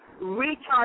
recharge